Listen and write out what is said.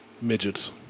midgets